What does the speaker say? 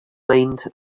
mind